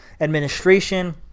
administration